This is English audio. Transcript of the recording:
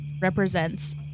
represents